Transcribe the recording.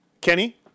Kenny